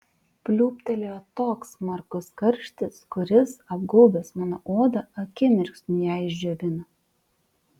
pliūptelėjo toks smarkus karštis kuris apgaubęs mano odą akimirksniu ją išdžiovino